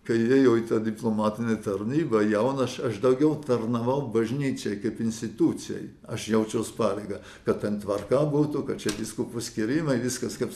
kai įėjau į diplomatinę tarnybą jaunas aš daugiau tarnavau bažnyčiai kaip institucijai aš jaučiau pareigą kad ten tvarka būtų kad čia vyskupų skyrimai viskas kaip